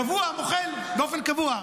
קבוע מוחל, באופן קבוע.